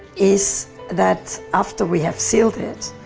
is that after we have sealed it,